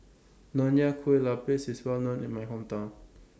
Nonya Kueh Lapis IS Well known in My Hometown